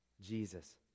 Jesus